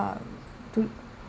uh to